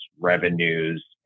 revenues